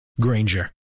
Granger